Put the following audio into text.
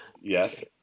Yes